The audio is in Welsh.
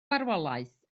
farwolaeth